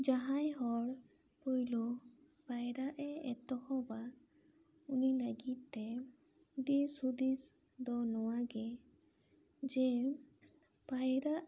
ᱡᱟᱦᱟᱭ ᱦᱚᱲ ᱯᱩᱭᱞᱳ ᱯᱟᱭᱨᱟᱜ ᱮ ᱮᱛᱚᱦᱚᱵᱟ ᱩᱱᱤ ᱞᱟᱹᱜᱤᱫ ᱛᱮ ᱫᱤᱥ ᱡᱩᱫᱤᱥ ᱫᱚ ᱱᱚᱣᱟ ᱜᱮ ᱡᱮ ᱯᱟᱭᱨᱟᱜ